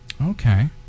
Okay